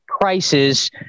prices